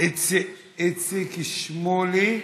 איציק שמולי.